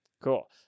cool